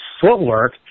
footwork